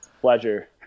pleasure